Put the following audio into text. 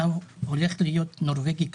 אתה הולך להיות נורבגי כפול?